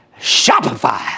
Shopify